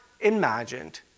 imagined